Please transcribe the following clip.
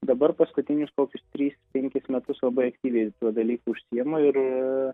dabar paskutinius kokius tris penkis metus labai aktyviai tuo dalyku užsiimu ir